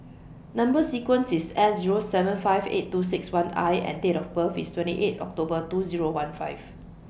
Number sequence IS S Zero seven five eight two six one I and Date of birth IS twenty eight October two Zero one five